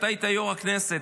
אתה היית יו"ר הכנסת,